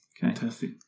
Fantastic